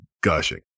gushing